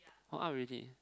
all up already